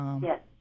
Yes